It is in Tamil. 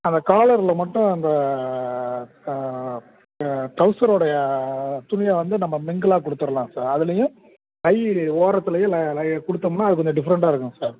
அந்த காலரில் மட்டும் அந்த ட்ரௌசருடைய துணியை வந்து நம்ம மிங்கிலாக குடுத்துடலாம் சார் அதுலேயும் கை ஓரத்துலேயும் கொடுத்தோம்னா அது கொஞ்சம் டிப்ஃரெண்டாக இருக்கும் சார்